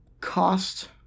cost